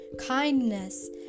kindness